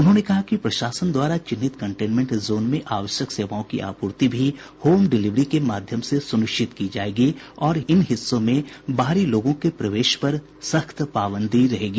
उन्होंने कहा कि प्रशासन द्वारा चिन्हित कंटेनमेंट जोन में आवश्यक सेवाओं की आपूर्ति भी होम डिलिवरी के माध्यम से सुनिश्चित की जायेगी और इन हिस्सों में बाहरी लोगों के प्रवेश पर सख्त पाबंदी रहेगी